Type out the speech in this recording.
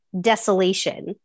desolation